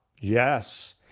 Yes